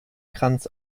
kranz